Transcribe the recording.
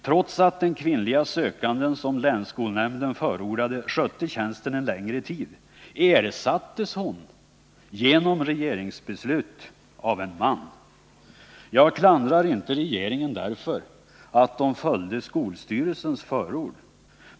Trots att den kvinnliga sökande som länsskolnämnden förordade skötte tjänsten en längre tid, ersattes hon genom ett regeringsbeslut av en man. Jag klandrar inte regeringen för att den följde skolstyrelsens förord.